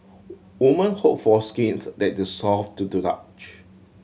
woman hope for skin that is soft to the touch